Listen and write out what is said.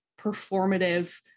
performative